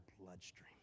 bloodstream